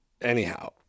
anyhow